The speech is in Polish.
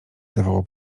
zawołał